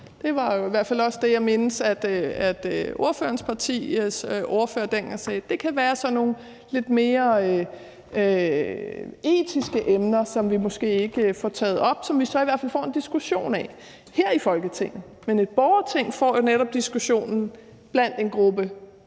Det er i hvert fald også det, jeg mindes ordførerens partis ordfører dengang sagde. Det kan være sådan nogle lidt mere etiske emner, som vi måske ikke får taget op, og som vi så i hvert fald får en diskussion af her i Folketinget. Men et borgerting får jo netop diskussionen blandt en gruppe